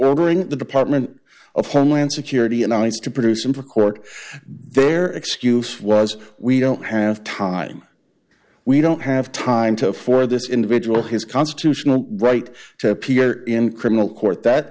obering the department of homeland security and ice to produce and record their excuse was we don't have time we don't have time to for this individual his constitutional right to appear in criminal court that